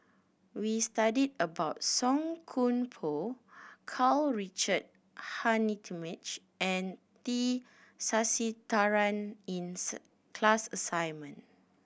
we studied about Song Koon Poh Karl Richard Hanitsch and T Sasitharan in sir class assignment